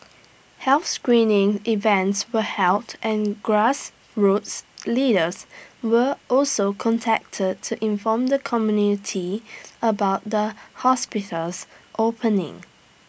health screening events were held and grassroots leaders were also contacted to inform the community about the hospital's opening